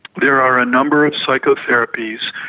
there are a number of psychotherapies,